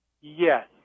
yes